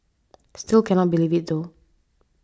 still cannot believe it though